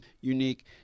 unique